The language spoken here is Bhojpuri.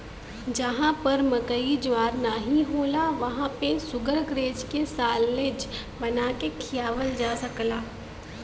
जहां पर मकई ज्वार नाहीं होला वहां पे शुगरग्रेज के साल्लेज बना के खियावल जा सकला